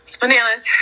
Bananas